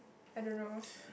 I don't know